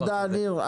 תודה, ניר.